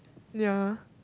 ya